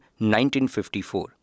1954